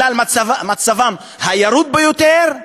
בגלל מצבם הירוד ביותר,